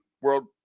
world